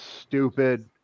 stupid